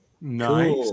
nice